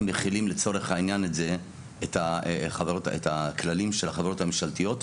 אם אנחנו מחילים לצורך העניין את הכללים של החברות הממשלתיות,